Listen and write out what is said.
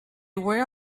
were